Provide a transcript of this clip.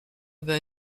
ben